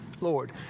Lord